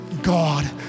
God